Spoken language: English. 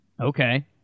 Okay